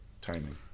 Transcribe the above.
timing